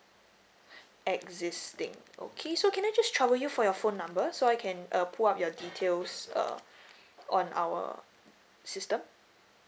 existing okay so can I just trouble you for your phone number so I can uh pull up your details uh on our system